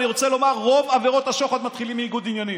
אני רוצה לומר: רוב עבירות השוחד מתחילות מניגוד עניינים.